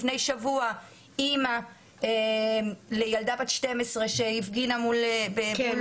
לפני שבוע אימא לילדה בת 12 שהפגינה מול ביתה --- כן,